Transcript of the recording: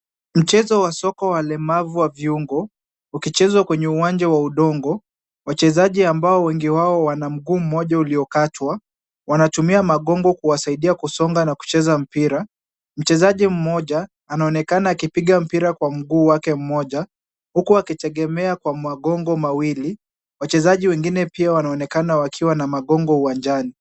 Mchezo wa soko walemavu wa viungo, ukichezwa kwenye uwanja wa udongo, wachezaji ambao wengi wao wana mguu mmoja uliokatwa. Wanatumia magongo kuwasaidia kusonga na kucheza mpira. Mchezaji mmoja, anaonekana akipiga mpira kwa mguu wake mmoja huku akitegemea kwa magongo miwili. Wachezaji wengine pia wanaonekana wakiwa na magongo uwanjani.